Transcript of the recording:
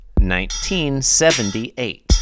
1978